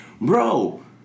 Bro